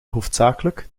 hoofdzakelijk